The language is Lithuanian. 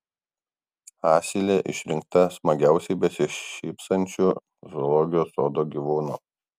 asilė išrinkta smagiausiai besišypsančiu zoologijos sodo gyvūnu